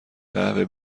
قهوه